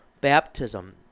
Baptism